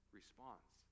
response